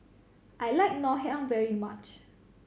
I like Ngoh Hiang very much